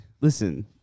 Listen